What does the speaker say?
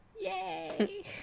Yay